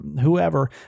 whoever